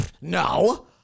No